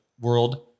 world